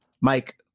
Mike